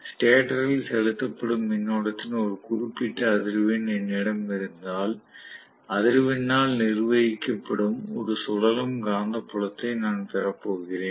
ஸ்டேட்டரில் செலுத்தப்படும் மின்னோட்டத்தின் ஒரு குறிப்பிட்ட அதிர்வெண் என்னிடம் இருந்தால் அதிர்வெண்ணால் நிர்வகிக்கப்படும் ஒரு சுழலும் காந்தப்புலத்தை நான் பெறப்போகிறேன்